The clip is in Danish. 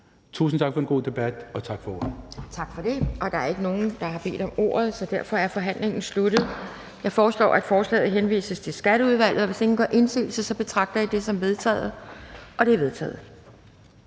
Anden næstformand (Pia Kjærsgaard): Tak for det. Der er ikke nogen, der har bedt om ordet, så derfor er forhandlingen sluttet. Jeg foreslår, at forslaget til folketingsbeslutning henvises til Skatteudvalget, og hvis ingen gør indsigelse, betragter jeg det som vedtaget. Det er vedtaget.